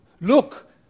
Look